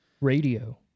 Radio